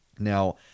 Now